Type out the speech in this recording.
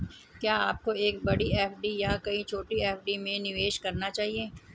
क्या आपको एक बड़ी एफ.डी या कई छोटी एफ.डी में निवेश करना चाहिए?